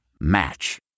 match